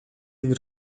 энэ